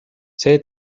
see